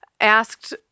asked